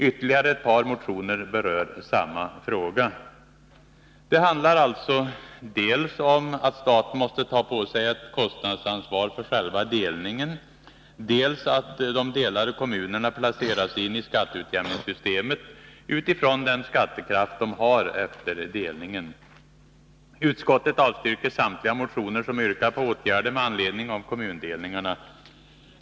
Ytterligare ett par motioner berör samma fråga. Det handlar alltså dels om att staten måste ta på sig ett kostnadsansvar för själva delningen, dels om att de delade kommunerna placeras in i skatteutjämningssystemet utifrån den skattekraft de har efter delningen. Utskottet avstyrker samtliga motioner som yrkar på åtgärder med anledning av kommundelningarna.